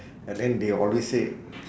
and then they always say